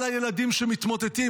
על הילדים שמתמוטטים,